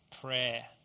prayer